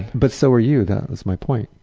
but so were you, that is my point.